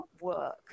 work